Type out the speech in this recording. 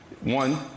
one